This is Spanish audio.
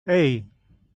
hey